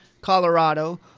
colorado